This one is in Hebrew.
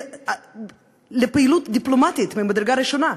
ולפעילות דיפלומטית ממדרגה ראשונה,